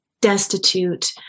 destitute